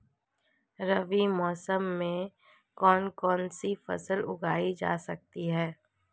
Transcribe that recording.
रबी मौसम में कौन कौनसी फसल उगाई जा सकती है?